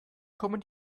kommen